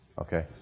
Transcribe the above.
Okay